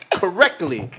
correctly